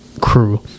crew